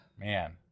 Man